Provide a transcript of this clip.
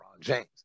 James